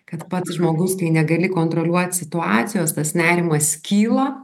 kad pats žmogus negali kontroliuot situacijos tas nerimas kyla